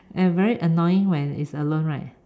very annoying when it's alone right